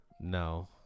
no